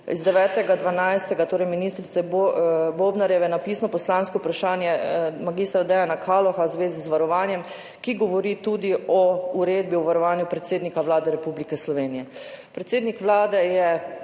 iz 9. 12. , torej ministrice Bobnarjeve, na pisno poslansko vprašanje mag. Dejana Kaloha v zvezi z varovanjem, ki govori tudi o uredbi o varovanju predsednika Vlade Republike Slovenije. Predsednik Vlade je